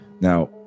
Now